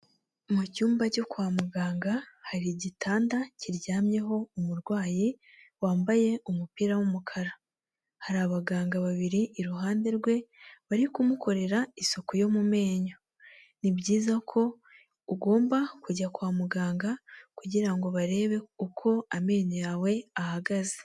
Mu cyumba cyo kwa muganga hari igitanda kiryamyeho umurwayi wambaye umupira w'umukara. Hari abaganga babiri iruhande rwe, bari kumukorera isuku yo mu menyo. Ni byiza ko ugomba kujya kwa muganga kugirango barebe uko amenyo yawe ahagaze.